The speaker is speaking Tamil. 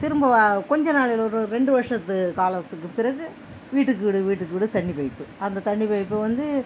திரும்ப கொஞ்ச நாளைல ஒரு ரெண்டு வருஷத்து காலத்துக்கு பிறகு வீட்டுக்கு வீடு வீட்டுக்கு வீடு தண்ணி பைப்பு அந்த தண்ணி பைப்பு வந்து